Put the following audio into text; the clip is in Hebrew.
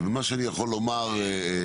ומה שאני יכול לומר מבחינתי,